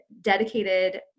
dedicated